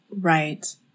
Right